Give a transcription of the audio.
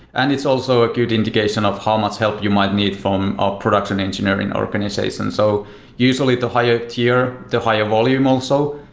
and it's also a good indication of how much help you might need from a production engineering organization. so usually, the higher tier, the higher volume also.